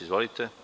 Izvolite.